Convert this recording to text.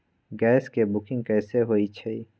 Gas के booking कैसे होईछई?